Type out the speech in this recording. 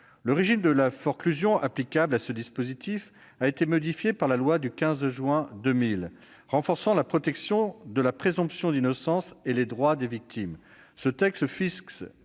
Le régime de la forclusion applicable à ce dispositif a été modifié par la loi du 15 juin 2000 renforçant la protection de la présomption d'innocence et les droits des victimes.